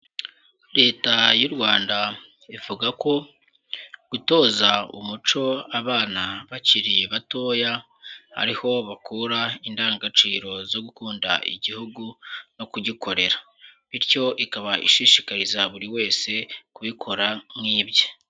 Leta y'u Rwanda. ivuga ko, gutoza umuco abana bakiri batoya, ariho bakura indangagaciro zo gukunda igihugu, no kugikorera. Bityo ikaba ishishikariza buri wese, kubikora nk'ibye.